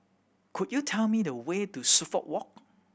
could you tell me the way to Suffolk Walk